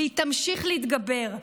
והיא תמשיך להתגבר,